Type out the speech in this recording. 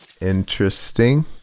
Interesting